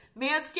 Manscaped